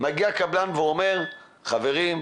מגיע קבלן ואומר 'חברים,